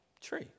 Tree